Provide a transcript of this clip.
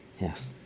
yes